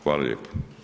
Hvala lijepo.